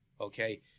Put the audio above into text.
Okay